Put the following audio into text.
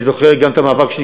אני זוכר גם את המאבק שלי,